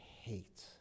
hate